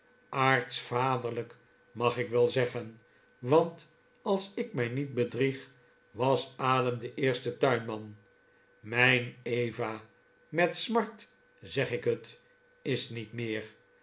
aartsvaderlijk mag ik wel zeggen want als ik mij niet bedrieg was adam de eerste tuinmah m ij n eva met smart zeg ik het is niet meer